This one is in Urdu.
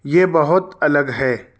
یہ بہت الگ ہے